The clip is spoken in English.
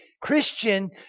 Christian